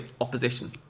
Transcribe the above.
opposition